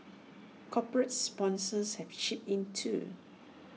corporate sponsors have chipped in too